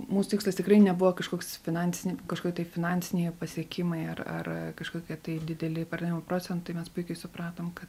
mūsų tikslas tikrai nebuvo kažkoks finansinį kažkokie tai finansiniai pasiekimai ar ar kažkokia tai dideli pardavimų procentui mes puikiai supratom kad